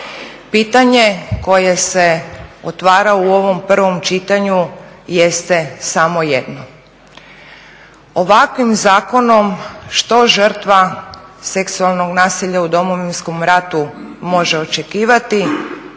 Pitanje koje se otvara u ovom prvom čitanju jeste samo jedno, ovakvim zakonom što žrtva seksualnog nasilja u Domovinskom ratu može očekivati